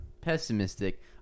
pessimistic